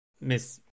Miss